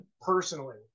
personally